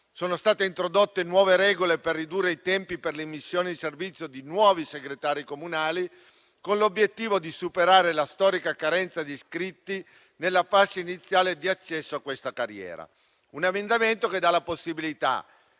Sono state introdotte nuove regole per ridurre i tempi per l'immissione in servizio di nuovi segretari comunali, con l'obiettivo di superare la storica carenza di iscritti nella fascia iniziale di accesso a questa carriera. Un emendamento dà la possibilità